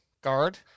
Guard